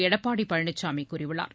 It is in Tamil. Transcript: எடப்பாடி பழனிசாமி கூறியுள்ளார்